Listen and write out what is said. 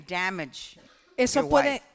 damage